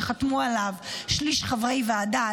שחתמו עליו שליש מחברי ועדה,